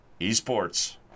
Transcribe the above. Esports